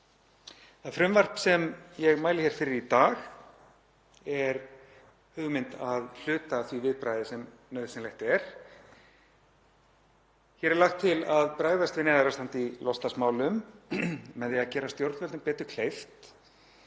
Það frumvarp sem ég mæli hér fyrir í dag er hugmynd að hluta af því viðbragði sem nauðsynlegt er. Hér er lagt til að bregðast við neyðarástandi í loftslagsmálum með því að gera stjórnvöldum betur kleift